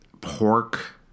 pork